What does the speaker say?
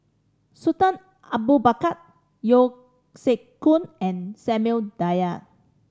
Sultan Abu Bakar Yeo Siak Goon and Samuel Dyer